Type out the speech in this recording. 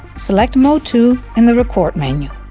select mode two in the record menu,